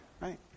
right